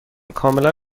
کاملا